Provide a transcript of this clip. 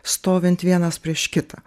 stovint vienas prieš kitą